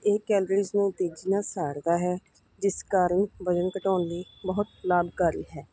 ਇਹ ਕੈਲਰੀਜ਼ ਨੂੰ ਤੇਜ਼ੀ ਨਾਲ ਸਾੜਦਾ ਹੈ ਜਿਸ ਕਾਰਨ ਵਜਨ ਘਟਾਉਣ ਲਈ ਬਹੁਤ ਲਾਭਕਾਰੀ ਹੈ